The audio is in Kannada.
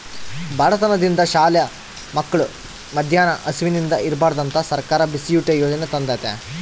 ಬಡತನದಿಂದ ಶಾಲೆ ಮಕ್ಳು ಮದ್ಯಾನ ಹಸಿವಿಂದ ಇರ್ಬಾರ್ದಂತ ಸರ್ಕಾರ ಬಿಸಿಯೂಟ ಯಾಜನೆ ತಂದೇತಿ